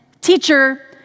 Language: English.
teacher